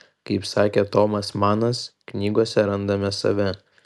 kaip sakė tomas manas knygose randame save